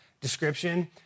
description